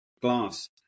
glass